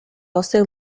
also